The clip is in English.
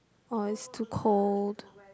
or it's too cold